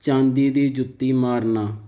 ਚਾਂਦੀ ਦੀ ਜੁੱਤੀ ਮਾਰਨਾ